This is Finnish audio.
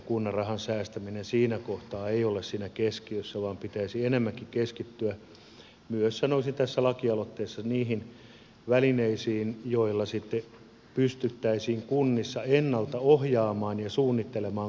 kunnan rahan säästäminen siinä kohtaa ei ole siinä keskiössä vaan pitäisi enemmänkin keskittyä myös sanoisin tässä lakialoitteessa niihin välineisiin joilla sitten pystyttäisiin kunnissa ennalta ohjaamaan ja suunnittelemaan koulutustarpeita